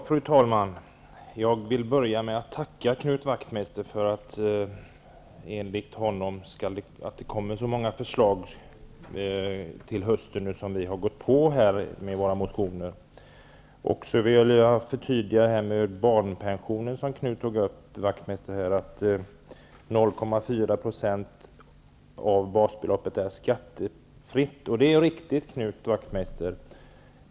Fru talman! Jag vill börja med att tacka Knut Wachtmeister för att det enligt honom nu på hösten kommer så många förslag som vi har gått på med våra motioner. Sedan vill jag förtydliga detta med barnpensionen. Det är riktigt, Knut Wachtmeister, att 0,4 % av basbeloppet är skattefritt.